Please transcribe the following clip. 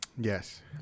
Yes